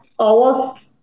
hours